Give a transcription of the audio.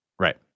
Right